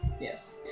Yes